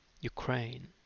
ukraine